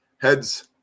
Heads